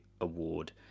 award